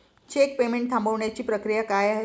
Check payment थांबवण्याची प्रक्रिया काय आहे?